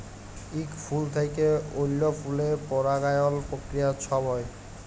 ইক ফুল থ্যাইকে অল্য ফুলে পরাগায়ল পক্রিয়া ছব হ্যয়